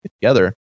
together